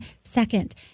second